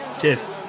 cheers